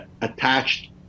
attached